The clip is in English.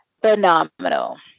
phenomenal